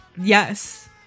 Yes